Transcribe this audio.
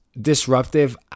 disruptive